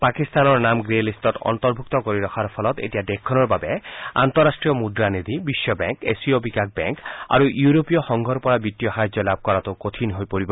পাকিস্তানৰ নাম গ্ৰে লিট্টত অন্তৰ্ভূক্ত কৰি ৰখাৰ ফলত এতিয়া দেশখনৰ বাবে আন্তঃৰাষ্ট্ৰীয় মুদ্ৰা নিধি বিশ্ব বেংক এছীয় বিকাশ বেংক আৰু ইউৰোপীয় সংঘৰ পৰা বিত্তীয় সাহায্য লাভ কৰাটো কঠিন হৈ পৰিব